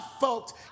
folks